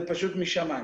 זה פשוט משמים.